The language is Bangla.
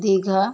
দীঘা